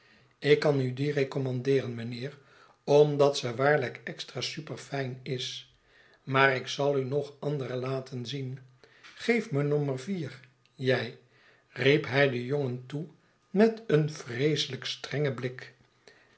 ik kan u die recommandeeren mijnheer omdat ze waarlijk extra superfijn is maar ik zal u nog andere laten zien geef me nommer vier jij riep hij den jongen toe met een vreeselijk strengen blik